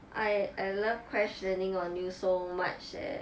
I I love crash landing on you so much eh